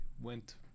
went